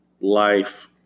life